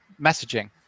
messaging